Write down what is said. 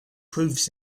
proves